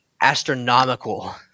astronomical